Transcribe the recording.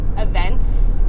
events